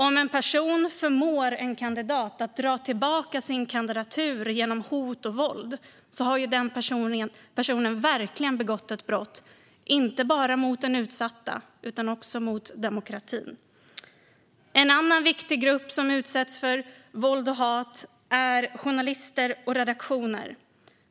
Om en person förmår en kandidat att dra tillbaka sin kandidatur genom hot och våld har personen verkligen begått ett brott, inte bara mot den utsatta utan även mot demokratin. En annan viktig grupp som utsätts för våld och hat är journalister och redaktioner.